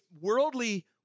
worldly